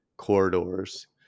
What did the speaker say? corridors